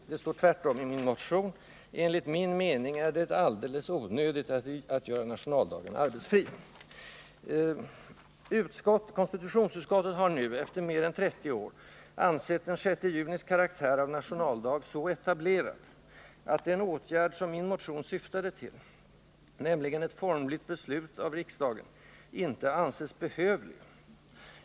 Tvärtom står det i min motion: ”Enligt min mening är det alldeles onödigt att göra nationaldagen arbetsfri.” Konstitutionsutskottet anför nu — mer än 30 år efter det att frågan först togs upp-—att den 6 junis karaktär av nationaldag är så etablerad att den åtgärd som min motion syftade till, nämligen ett formligt beslut av riksdagen, inte kan anses behövlig.